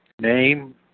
name